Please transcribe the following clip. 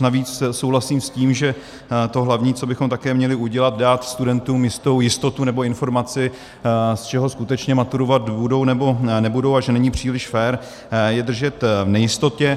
Navíc souhlasím s tím, že to hlavní, co bychom také měli udělat, dát studentům jistou jistotu nebo informaci, z čeho skutečně maturovat budou, nebo nebudou, a že není příliš fér, je držet v nejistotě.